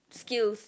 skills